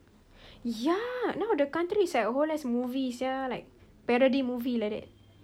ya now the country is like whole ass movie sia like parody movie like that